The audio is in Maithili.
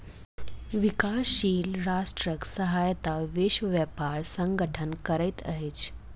विकासशील राष्ट्रक सहायता विश्व व्यापार संगठन करैत अछि